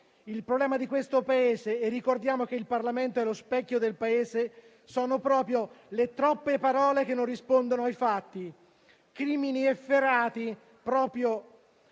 Il problema di questo Paese - e ricordiamo che il Parlamento è lo specchio del Paese - sono proprio le troppe parole che non rispondono ai fatti. Crimini efferati proprio